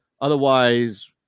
Otherwise